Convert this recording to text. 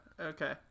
Okay